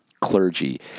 clergy